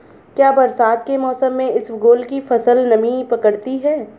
क्या बरसात के मौसम में इसबगोल की फसल नमी पकड़ती है?